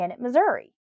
Missouri